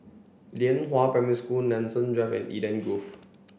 Lianhua Primary School Nanson Drive and Eden Grove